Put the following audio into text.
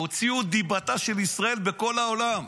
הוציאו דיבתה של מדינת ישראל בכל העולם.